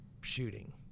shooting